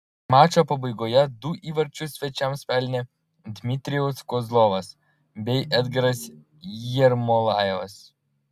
mačo pabaigoje du įvarčius svečiams pelnė dmitrijus kozlovas bei edgaras jermolajevas